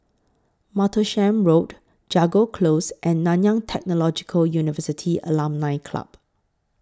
Martlesham Road Jago Close and Nanyang Technological University Alumni Club